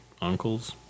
uncle's